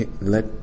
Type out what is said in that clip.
let